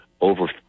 over